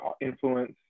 influence